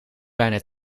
bijna